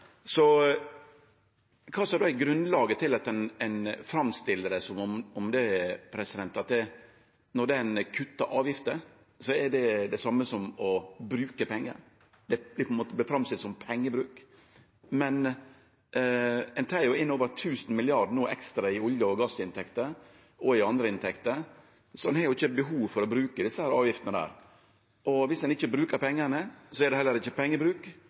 Kva er då grunnlaget for at ein framstiller det som at det å kutte avgifter er det same som å bruke pengar? Det vert framstilt som pengebruk. Ein tek jo inn over 1 000 mrd. kr ekstra i olje- og gassinntekter og andre inntekter, så ein har ikkje behov for å bruke desse avgiftene. Og viss ein ikkje brukar pengane, er det heller ikkje pengebruk,